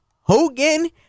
Hogan